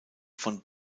von